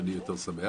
ואני אהיה יותר שמח.